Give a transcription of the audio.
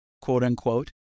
quote-unquote